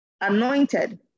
anointed